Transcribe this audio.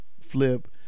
flip